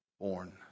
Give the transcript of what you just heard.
Born